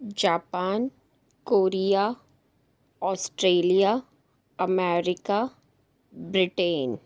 Japan Korea Australia America Britain